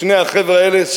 שני החבר'ה האלה,